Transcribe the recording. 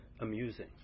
amusing